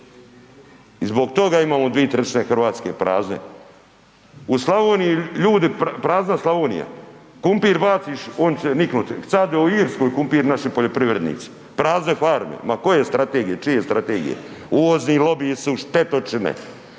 i zbog toga imamo 2/3 Hrvatske prazne. U Slavoniji ljudi, prazna Slavonija, kumpir baciš on će niknut, sade u Irskoj kumpir naši poljoprivrednici, prazne farme, ma koje strategije, čije strategije, uvozni lobiji su štetočine,